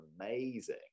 amazing